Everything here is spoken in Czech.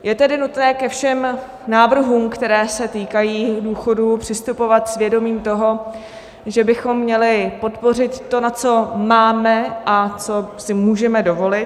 Je tedy nutné ke všem návrhům, které se týkají důchodů, přistupovat s vědomím toho, že bychom měli podpořit to, na co máme a co si můžeme dovolit.